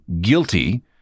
guilty